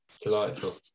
delightful